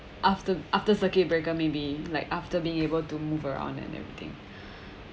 after after circuit breaker maybe like after being able to move around and everything